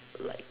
like